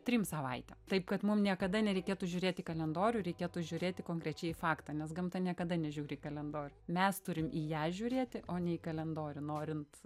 trim savaitėm taip kad mum niekada nereikėtų žiūrėt į kalendorių reikėtų žiūrėti konkrečiai į faktą nes gamta niekada nežiūri į kalendorių mes turim į ją žiūrėti o ne į kalendorių norint